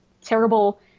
terrible